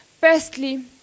Firstly